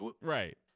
right